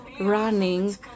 running